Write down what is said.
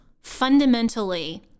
fundamentally